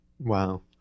Wow